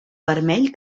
vermell